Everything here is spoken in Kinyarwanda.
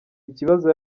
ikibazo